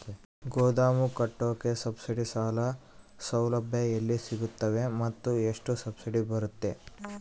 ಗೋದಾಮು ಕಟ್ಟೋಕೆ ಸಬ್ಸಿಡಿ ಸಾಲ ಸೌಲಭ್ಯ ಎಲ್ಲಿ ಸಿಗುತ್ತವೆ ಮತ್ತು ಎಷ್ಟು ಸಬ್ಸಿಡಿ ಬರುತ್ತೆ?